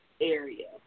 area